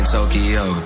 Tokyo